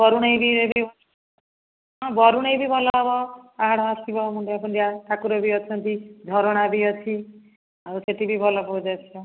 ବରୁଣେଇ ବି ହଁ ବରୁଣେଇ ବି ଭଲ ହେବ ପାହାଡ଼ ଆସିବ ମୁଣ୍ଡେ ପୁଞ୍ଜା ଠାକୁର ବି ଅଛନ୍ତି ଝରଣା ବି ଅଛି ଆଉ ସେଇଠି ବି ଭଲ ପୋଜ୍ ଆସିବ